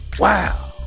wow.